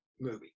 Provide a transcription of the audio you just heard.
movie